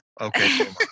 Okay